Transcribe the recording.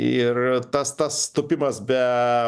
ir tas tas tūpimas be